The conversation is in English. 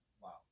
Wow